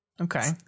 Okay